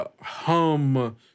hum